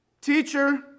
teacher